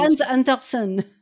Andersen